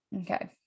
Okay